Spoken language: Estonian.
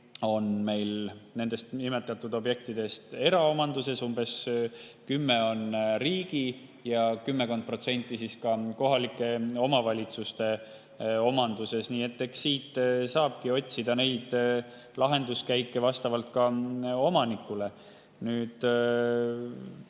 on meil nendest nimetatud objektidest eraomanduses, kümmekond protsenti on riigi ja kümmekond protsenti kohalike omavalitsuste omanduses. Nii et eks siit saabki otsida neid lahenduskäike vastavalt omanikule. Jah,